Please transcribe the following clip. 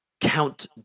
Count